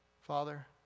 Father